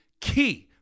key